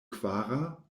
kvara